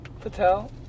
Patel